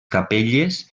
capelles